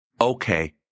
Okay